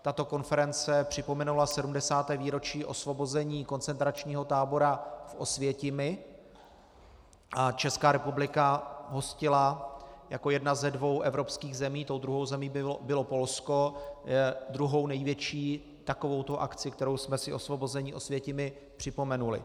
Tato konference připomenula 70. výročí osvobození koncentračního tábora v Osvětimi a Česká republika hostila jako jedna ze dvou evropských zemí, tou druhou zemí bylo Polsko, druhou největší takovouto akci, kterou jsme si osvobození Osvětimi připomenuli.